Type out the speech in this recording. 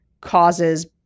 causes